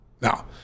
Now